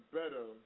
better